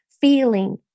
feeling